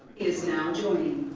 is now joining.